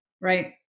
Right